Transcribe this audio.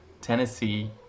Tennessee